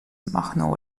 machnął